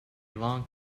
long